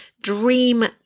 dream